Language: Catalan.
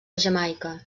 jamaica